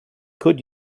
could